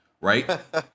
Right